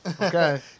Okay